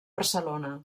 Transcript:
barcelona